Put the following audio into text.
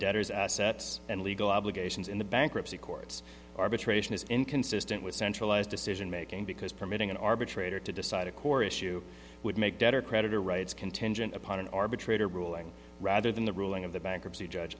debtor's assets and legal obligations in the bankruptcy courts arbitration is inconsistent with centralized decision making because permitting an arbitrator to decide a core issue would make better creditor rights contingent upon an arbitrator ruling rather than the ruling of the bankruptcy judge